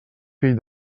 fill